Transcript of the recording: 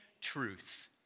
truth